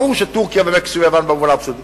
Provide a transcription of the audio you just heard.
ברור שטורקיה ומקסיקו ויוון במובן האבסולוטי,